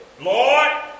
Lord